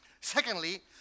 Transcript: Secondly